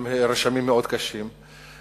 ועם רשמים קשים מאוד.